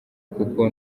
kuko